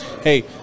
hey